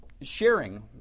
Sharing